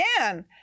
again